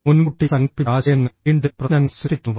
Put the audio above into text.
മുൻകൂട്ടി സങ്കൽപ്പിച്ച ആശയങ്ങൾ വീണ്ടും പ്രശ്നങ്ങൾ സൃഷ്ടിക്കുന്നു